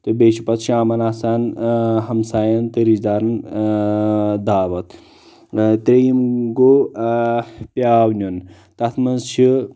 تہٕ بیٚیہِ چھُ پتہٕ شامن آسان ہمساین تہٕ رشتہٕ دارن دعوت تہٕ یِم گوٚو پیاو نِیُن تتھ منٛز چھِ